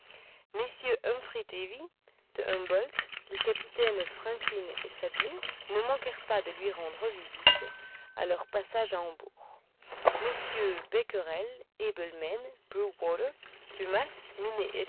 de humboldt les capitaines franklin et sabine ne manquèrent pas de lui rendre visite à leur passage à hambourg mm becquerel